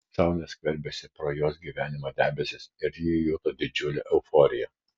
saulė skverbėsi pro jos gyvenimo debesis ir ji juto didžiulę euforiją